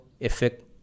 effect